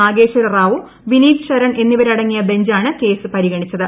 നാഗേശ്വര റാവു വിനീത് ശരൺ എന്നിവരടങ്ങിയ ബെഞ്ചാണ് കേസ് പരിഗണിച്ചത്